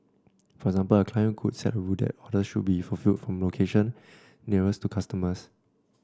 for example a client could set a rule that orders should be fulfilled from location nearest to customers